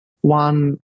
one